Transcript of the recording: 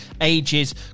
ages